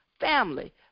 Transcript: family